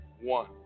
One